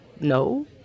No